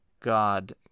god